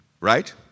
Right